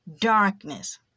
darkness